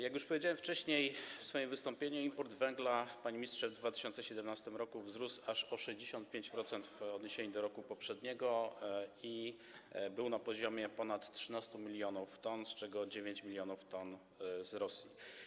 Jak już powiedziałem wcześniej w swoim wystąpieniu, import węgla, panie ministrze, w 2017 r. wzrósł aż o 65% w odniesieniu do roku poprzedniego i był na poziomie ponad 13 mln t, z czego 9 mln t z Rosji.